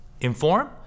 inform